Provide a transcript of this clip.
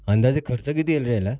अंदाजे खर्च किती येईल रे ह्याला